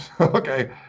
okay